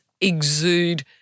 exude